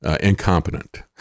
incompetent